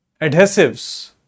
adhesives